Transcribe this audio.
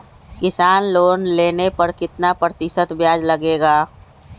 किसान लोन लेने पर कितना प्रतिशत ब्याज लगेगा?